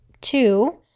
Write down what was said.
two